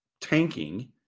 tanking